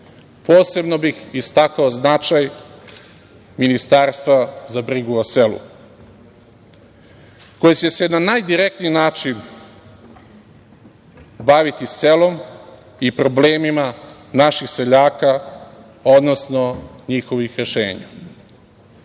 posebno bih istakao značaj Ministarstva za brigu o selu koje će se na najdirektniji način baviti selom i problemima naših seljaka, odnosno njihovim